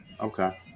Okay